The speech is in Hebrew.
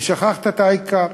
ושכחת את העיקר.